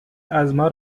ازما